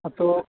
তো